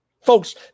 Folks